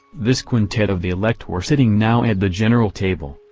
this quintet of the elect were sitting now at the general table,